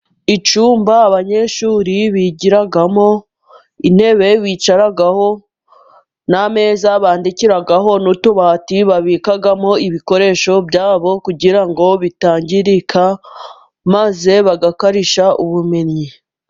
Icyumba abanyeshuri bigiramo, intebe bicaraho, n'ameza bandikiraho n'utubati babikamo ibikoresho byabo, kugira ngo bitangirika maze bagakarishya ubumenyi.